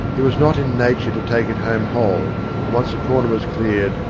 it was not in nature to take it home whole, and once a corner was cleared,